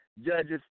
Judges